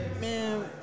man